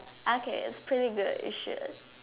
okay it's pretty good you should